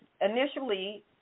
initially